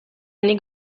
nik